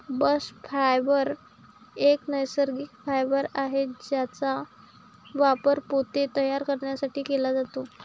bast fibre एक नैसर्गिक fibre आहे ज्याचा वापर पोते तयार करण्यासाठी केला जातो